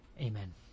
Amen